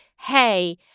hey